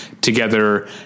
together